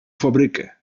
fabrykę